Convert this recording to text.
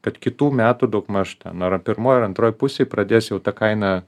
kad kitų metų daugmaž ten ar pirmoj ar antroj pusėj pradės jau ta kaina